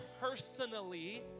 personally